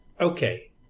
okay